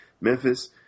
Memphis